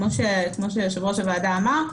כמו שיושב-ראש הוועדה אמר,